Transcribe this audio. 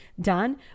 done